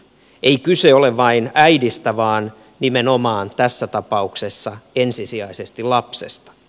ei kyse ole vain äidistä vaan nimenomaan tässä tapauksessa ensisijaisesti lapsesta